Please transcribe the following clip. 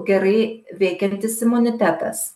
gerai veikiantis imunitetas